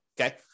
Okay